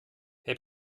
herr